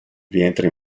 rientra